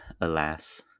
alas